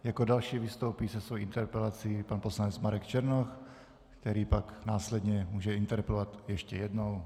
Jako další vystoupí se svou interpelací pan poslanec Marek Černoch, který pak následně může interpelovat ještě jednou.